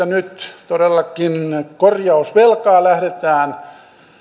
nyt todellakin korjausvelkaa lähdetään